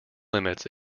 limits